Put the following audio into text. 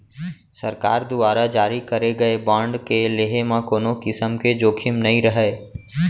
सरकार दुवारा जारी करे गए बांड के लेहे म कोनों किसम के जोखिम नइ रहय